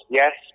yes